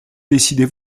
décidez